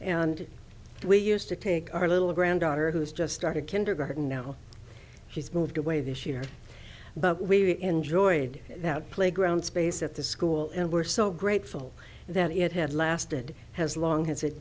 and we used to take our little granddaughter who has just started kindergarten now she's moved away this year but we've enjoyed that playground space at the school and we're so grateful that it had lasted as long as it